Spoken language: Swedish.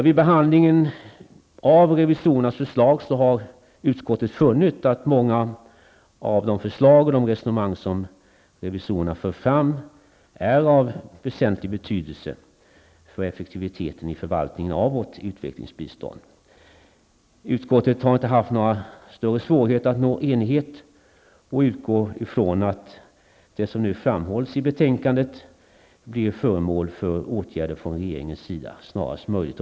Vid behandlingen av revisorernas förslag har utskottet funnit att många av de förslag och resonemang som revisorerna för fram är av väsentlig betydelse för effektiviteten i förvaltningen av vårt utvecklingsbistånd. Utskottet har inte haft några större svårigheter att nå enighet och utgår ifrån att det som framhålls i betänkandet blir föremål för åtgärder från regeringens sida snarast möjligt.